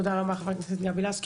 תודה רבה חברת הכנסת גבי לסקי.